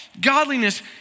godliness